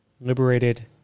liberated